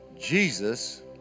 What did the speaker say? Jesus